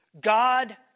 God